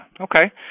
Okay